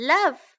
Love